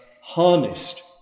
harnessed